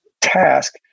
task